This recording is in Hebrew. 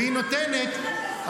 והיא נותנת,